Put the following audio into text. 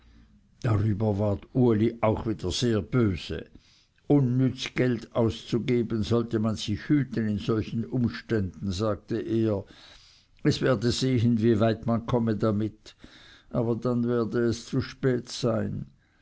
darüber ward uli auch wieder sehr böse unnütz geld auszugeben sollte man sich hüten in solchen umständen sagte er es werde sehen wie weit man komme damit aber dann werde es zu spät sein